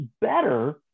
better